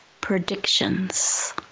predictions